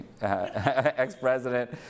ex-president